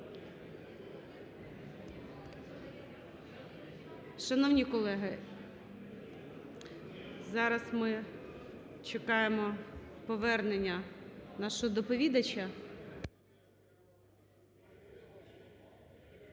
Шановні колеги, зараз ми чекаємо повернення нашого доповідача.